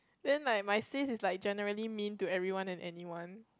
then like my sis is like generally mean to everyone and anyone